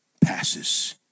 passes